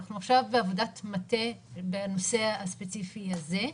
אנחנו עכשיו בעבודת מטה בנושא הספציפי הזה.